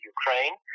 Ukraine